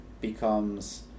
becomes